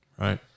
Right